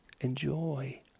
enjoy